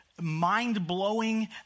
mind-blowing